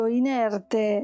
inerte